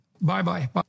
Bye-bye